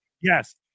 Yes